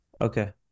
Okay